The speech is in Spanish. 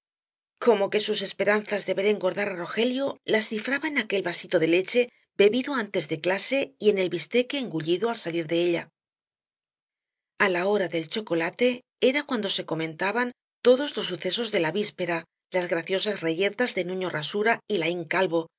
como que sus esperanzas de ver engordar á rogelio las cifraba en aquel vasito de leche bebido antes de clase y en el bisteque engullido al salir de ella a la hora del chocolate era cuando se comentaban todos los sucesos de la víspera las graciosas reyertas de nuño rasura y laín calvo